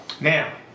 Now